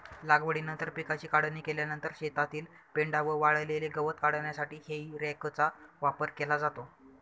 लागवडीनंतर पिकाची काढणी केल्यानंतर शेतातील पेंढा व वाळलेले गवत काढण्यासाठी हेई रॅकचा वापर केला जातो